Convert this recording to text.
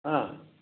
ꯑ